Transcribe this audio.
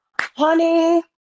honey